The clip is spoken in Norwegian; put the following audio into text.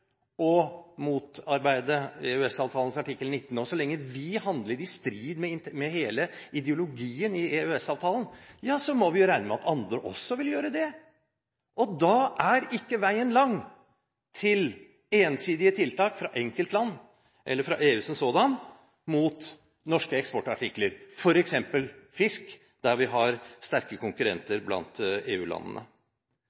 artikkel 19, og så lenge vi handler i strid med hele ideologien i EØS-avtalen, må vi jo regne med at også andre vil gjøre det. Da er ikke veien lang til ensidige tiltak fra enkeltland – eller fra EU som sådan – mot norske eksportartikler, f.eks. fisk, der vi har sterke konkurrenter